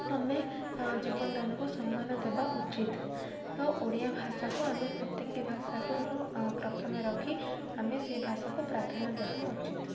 ଆମେ ଜୀବନଦାନକୁ ସମ୍ମାନ ଦେବା ଉଚିତ ତ ଓଡ଼ିଆ ଭାଷାକୁ ଆମେ ପ୍ରତ୍ୟେକଟି ଭାଷାରୁ ପ୍ରଥମେ ରଖି ଆମେ ସେଇ ଭାଷାକୁ ପ୍ରାଧାନ୍ୟ ଦେବା ଉଚିତ